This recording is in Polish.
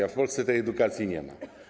A w Polsce tej edukacji nie ma.